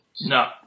No